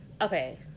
okay